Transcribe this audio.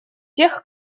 тех